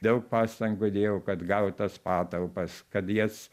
daug pastangų dėjau kad gaut tas patalpas kad jas